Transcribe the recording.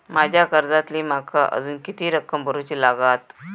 माझ्या कर्जातली माका अजून किती रक्कम भरुची लागात?